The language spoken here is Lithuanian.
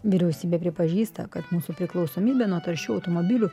vyriausybė pripažįsta kad mūsų priklausomybė nuo taršių automobilių